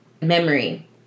memory